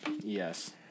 Yes